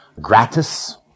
gratis